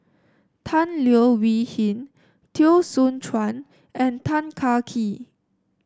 Tan Leo Wee Hin Teo Soon Chuan and Tan Kah Kee